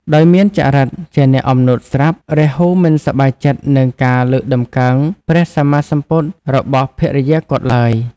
ដោយមានចរិតជាអ្នកអំនួតស្រាប់ រាហូមិនសប្បាយចិត្តនឹងការលើកតម្កើងព្រះសម្មាសម្ពុទ្ធរបស់ភរិយាគាត់ឡើយ។